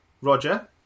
Roger